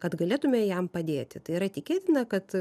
kad galėtume jam padėti tai yra tikėtina kad